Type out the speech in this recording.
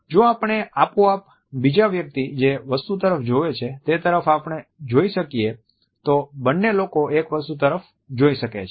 જો આપણે આપોઆપ બીજા વ્યક્તિ જે વસ્તુ તરફ જોવે છે તે તરફ આપણે જોઈ શકીએ તો બને લોકો એક વસ્તુ તરફ જોઈ શકે છે